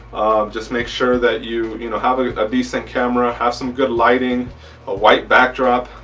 just make sure that you you know have a decent camera have some good lighting a white backdrop.